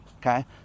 okay